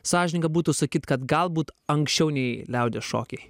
sąžininga būtų sakyt kad galbūt anksčiau nei liaudies šokiai